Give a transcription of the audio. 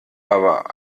aber